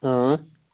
اۭں